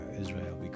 Israel